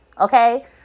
okay